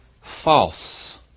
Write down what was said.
false